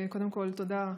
קודם כול תודה,